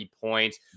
points